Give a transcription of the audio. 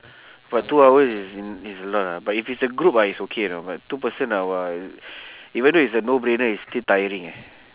but two hours is is a lot ah but if it's a group ah it's okay you know but two person ah !wah! even though it's a no-brainer it's still tiring eh